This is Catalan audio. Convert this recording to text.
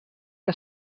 que